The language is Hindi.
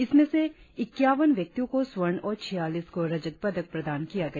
इसमें से इक्यावन व्यक्तियों को स्वर्ण और छियालीस को रजत पदक प्रदान किया गया